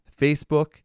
Facebook